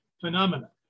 phenomena